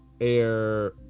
air